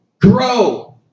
Grow